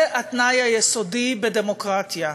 זה התנאי היסודי בדמוקרטיה,